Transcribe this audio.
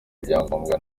ibyangombwa